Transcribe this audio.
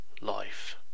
life